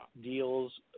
deals